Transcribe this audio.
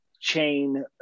chain